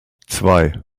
zwei